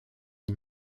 une